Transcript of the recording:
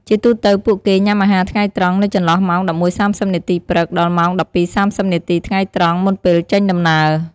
ជាទូទៅ ពួកគេ ញ៉ាំអាហារថ្ងៃត្រង់ នៅចន្លោះម៉ោង ១១:៣០ នាទីព្រឹក ដល់ម៉ោង ១២:៣០ នាទីថ្ងៃត្រង់ មុនពេលចេញដំណើរ។